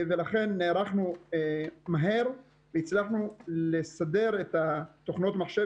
לכן נערכנו מהר והצלחנו לסדר את תוכנות המחשב